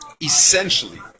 Essentially